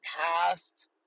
past